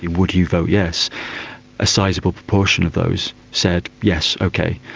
would you vote yes a sizeable proportion of those said yes, okay.